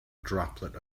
droplet